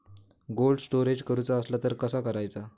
Cold storage करूचा असला तर कसा करायचा?